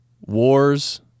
wars